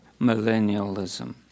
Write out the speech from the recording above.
millennialism